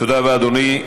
תודה רבה, אדוני.